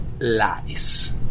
lies